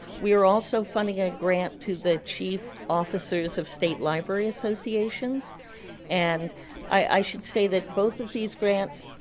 we are also funding a grant to the chief officers of state library associations and i should say that both of these grants